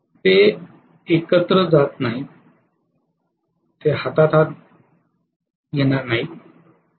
ते एकत्र जात नाहीत ते हातात घेणार नाहीत